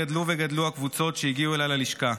גדלו וגדלו הקבוצות שהגיעו אליי ללשכה,